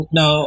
no